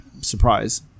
Surprise